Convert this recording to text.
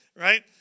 right